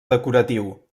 decoratiu